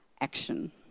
action